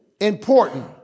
important